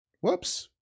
Whoops